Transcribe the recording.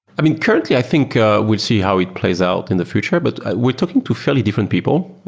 i mean, currently, i think ah we'll see how it plays out in the future. but we're talking two fairly different people.